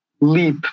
leap